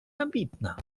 ambitna